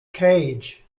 cage